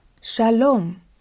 Shalom